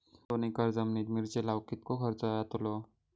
दोन एकर जमिनीत मिरचे लाऊक कितको खर्च यातलो?